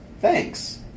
Thanks